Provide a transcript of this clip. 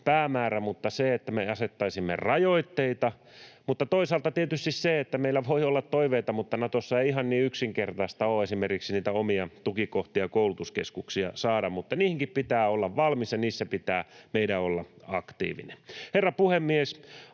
päämäärä, mutta ei niin, että me asettaisimme rajoitteita. Toisaalta tietysti meillä voi olla toiveita, mutta Natossa ei ihan niin yksinkertaista ole esimerkiksi niitä omia tukikohtia ja koulutuskeskuksia saada, mutta niihinkin pitää olla valmis ja niissä pitää meidän olla aktiivinen. Herra puhemies!